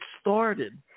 started